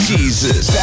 Jesus